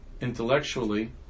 intellectually